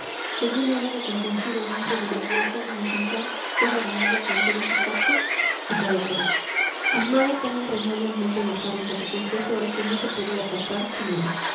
según era de compungido dentro de la iglesia y ejemplar fuera de ella en todos sus actos y palabras amaba tan entrañablemente d carlos a su confesor que no se podía pasar sin él